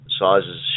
sizes